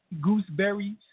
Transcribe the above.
gooseberries